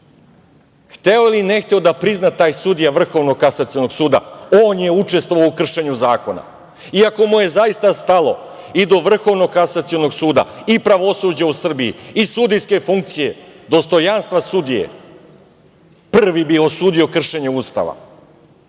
Hteo ili ne hteo da prizna taj sudija Vrhovnog kasacionog suda, on je učestvovao u kršenju zakona i ako mu je zaista stalo i do Vrhovnog kasacionog suda i pravosuđa u Srbiji u sudijske funkcije, dostojanstva sudije prvi bi osudio kršenje Ustava.